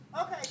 Okay